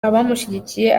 abamushyigikiye